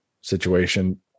situation